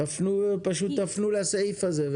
תפנו לסעיף הזה.